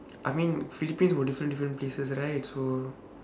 I mean philippines got different different places right so